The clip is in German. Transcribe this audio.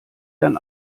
dann